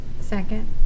Second